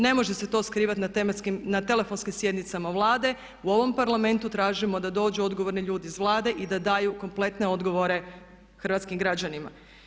Ne može se to skrivati na telefonskim sjednicama Vlade, u ovom Parlamentu tražimo da dođu odgovorni ljudi iz Vlade i da daju kompletne odgovore hrvatskim građanima.